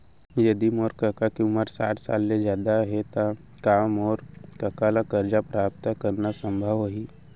यदि मोर कका के उमर साठ साल ले जादा हे त का मोर कका ला कर्जा प्राप्त करना संभव होही